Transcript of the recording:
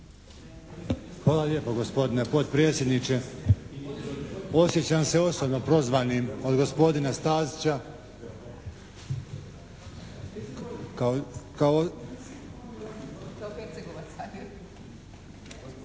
Hvala lijepa gospodine potpredsjedniče. Osjećam se osobno prozvanim od gospodina Stazića